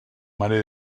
mare